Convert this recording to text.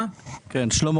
נשיא